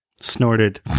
snorted